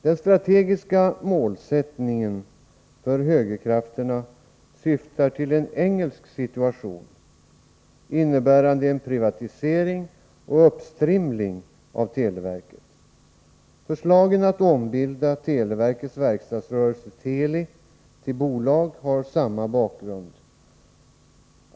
Den strategiska målsättningen för högerkrafterna är en ”engelsk” situation, innebärande en privatisering och uppstrimling av televerket. Förslagen att omvandla televerkets verkstadsrörelse Teli till bolag har samma bakgrund.